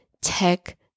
tech